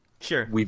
Sure